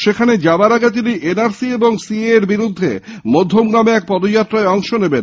সেখানে যাওয়ার আগে তিনি এনআরসি ও সিএএ বিরুদ্ধে মধ্যমগ্রামে এক পদযাত্রায় অংশ নেবেন